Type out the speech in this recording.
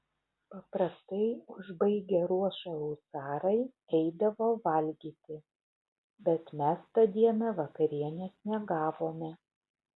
paprastai užbaigę ruošą husarai eidavo valgyti bet mes tą dieną vakarienės negavome